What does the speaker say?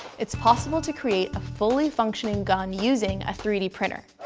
it's possible to create a fully functioning gun using a three d printer.